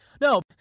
No